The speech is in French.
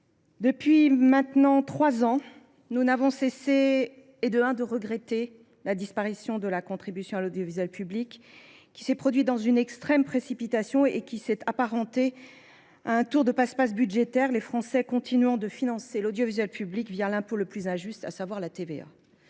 Depuis bientôt trois ans, nous n’avons cessé de regretter la disparition de la contribution à l’audiovisuel public, qui s’est faite dans une précipitation extrême et qui s’est apparentée à un tour de passe passe budgétaire, les Français continuant de financer l’audiovisuel public l’impôt le plus injuste : la TVA.